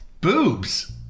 Boobs